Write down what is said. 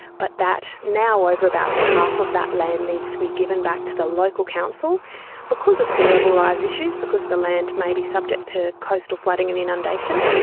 but that now over about half of that land needs to be given back to the local council because of sea level rise issues, because the land may be subject to coastal flooding and inundation,